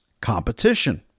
competition